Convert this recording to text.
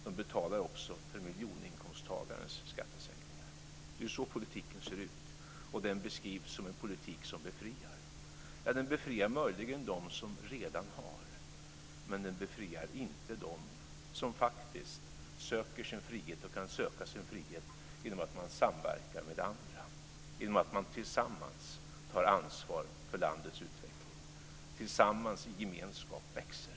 De betalar också för miljoninkomsttagarens skattesänkningar. Det är så politiken ser ut, och den beskrivs som en politik som befriar. Den befriar möjligen dem som redan har, men den befriar inte dem som faktiskt söker sin frihet och som kan söka sin frihet genom att samverka med andra, genom att tillsammans ta ansvar för landets utveckling och genom att tillsammans i gemenskap växa.